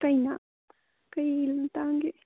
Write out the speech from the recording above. ꯀꯩꯅꯣ ꯀꯔꯤ ꯃꯇꯥꯡꯒꯤ